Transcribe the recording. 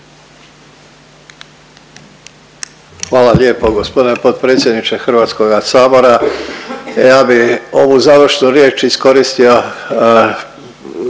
Hvala lijepo g. potpredsjedniče HS-a. Ja bi ovu završnu riječ iskoristio